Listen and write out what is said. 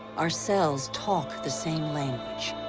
our cells talk the same language.